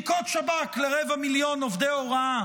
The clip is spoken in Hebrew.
יהיו בדיקות שב"כ לרבע מיליון עובדי הוראה.